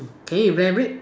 can you elaborate